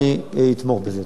אבל אנחנו הרי יודעים,